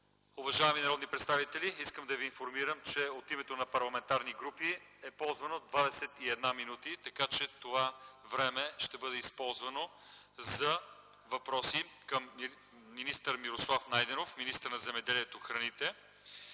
Уважаеми народни представители, искам да ви информирам, че от името на парламентарни групи са ползвани 21 минути, така че това време ще бъде за въпроси към господин Мирослав Найденов – министър на земеделието и храните.